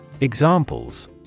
Examples